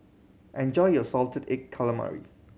enjoy your salted egg calamari